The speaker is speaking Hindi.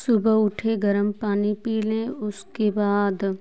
सुबह उठें गर्म पानी पी लें उसके बाद